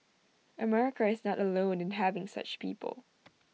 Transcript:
America is not alone in having such people